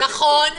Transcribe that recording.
נכון,